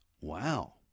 Wow